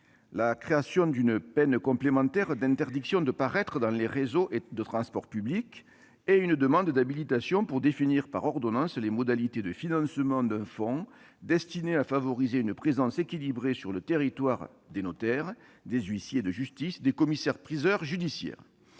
la création d'une peine complémentaire d'interdiction de paraître dans les réseaux de transport public et une demande d'habilitation du Gouvernement à définir par ordonnance les modalités de financement d'un fonds destiné à favoriser une présence équilibrée sur le territoire des notaires, des huissiers de justice et des commissaires-priseurs judiciaires.